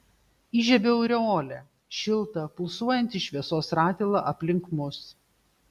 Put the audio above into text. įžiebiu aureolę šiltą pulsuojantį šviesos ratilą aplink mus